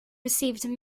received